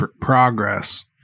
progress